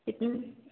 इतन